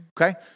Okay